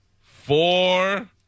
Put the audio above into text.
Four